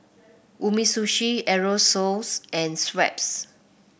Umisushi Aerosoles and Schweppes